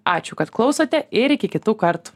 ačiū kad klausote ir iki kitų kartų